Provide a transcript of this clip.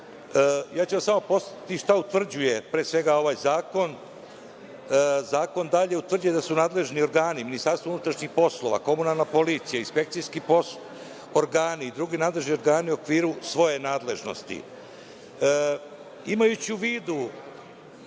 Ja ću vas samo podsetiti šta utvrđuje pre svega ovaj zakon, zakon dalje utvrđuje da su nadležni organi MUP, komunalna policija, inspekcijski organi i drugi nadležni organi u okviru svoje nadležnosti. Imajući u vidu